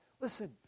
Listen